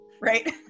right